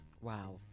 Wow